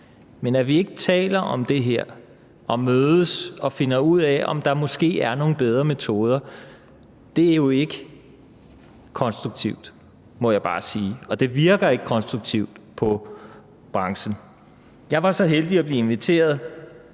Men at vi ikke taler om det her og mødes og finder ud af, om der måske er nogle bedre metoder, er ikke konstruktivt, må jeg bare sige, og det virker ikke konstruktivt på branchen. Jeg var så heldig at blive inviteret